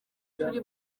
turi